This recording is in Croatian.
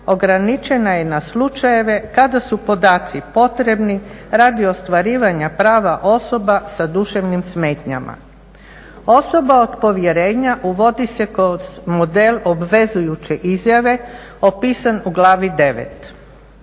ograničena je na slučajeve kada su podaci potrebni radi ostvarivanja prava osoba sa duševnim smetnjama. Osoba od povjerenja uvodi se kroz model obvezujuće izjave opisan u Glavi IX.